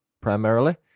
primarily